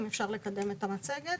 (מוקרנת מצגת).